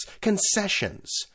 concessions